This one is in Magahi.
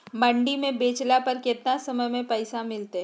मंडी में बेचला पर कितना समय में पैसा मिलतैय?